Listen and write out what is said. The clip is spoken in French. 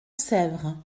sèvre